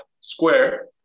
square